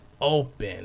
open